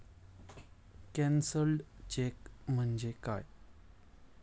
Cancelled cheque म्हणजे काय?